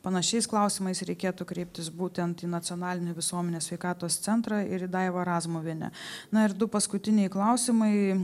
panašiais klausimais reikėtų kreiptis būtent į nacionalinį visuomenės sveikatos centrą ir daivą razmuvienę na ir du paskutiniai klausimai